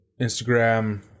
Instagram